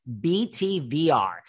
btvr